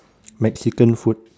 mexican food